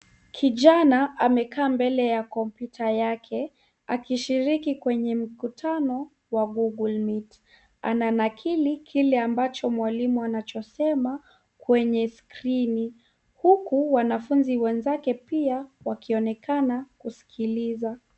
Kijana amekaa mbele ya kompyuta yake, akishiriki kwenye mkutano, wa Google Meet . Ananakili kile ambacho mwalimu anachosema kwenye skrini, huku wanafunzi wenzake pia, wakionekana kusikiliza.